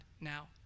now